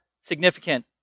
significant